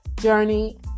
journey